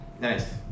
Nice